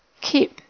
keep